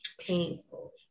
painful